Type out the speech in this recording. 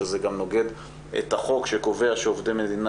שזה גם נוגד את החוק שקובע שעובדי מדינה